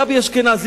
גבי אשכנזי,